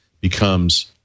becomes